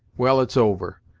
well, it's over,